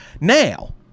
Now